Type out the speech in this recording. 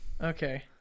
Okay